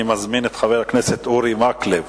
אני מזמין את חבר הכנסת אורי מקלב,